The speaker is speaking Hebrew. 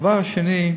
הדבר השני,